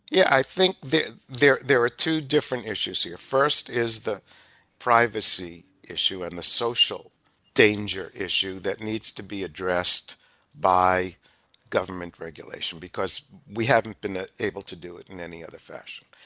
yeah i think there there are two different issues here. first is the privacy issue and the social danger issue that needs to be addressed by government regulation, because we haven't been ah able to do it in any other fashion.